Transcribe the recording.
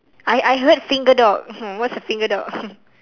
I I heard single dog what's a single dog